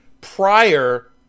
prior